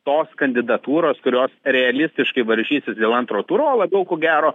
tos kandidatūros kurios realistiškai varžysis dėl antro turo o labiau ko gero